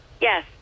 Yes